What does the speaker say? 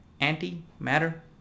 anti-matter